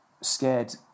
scared